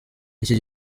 iki